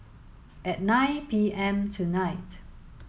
at nine P M tonight